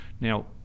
Now